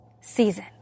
season